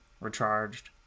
recharged